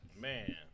Man